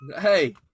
hey